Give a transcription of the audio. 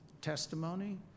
testimony